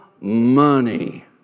money